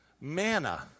Manna